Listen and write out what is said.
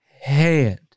hand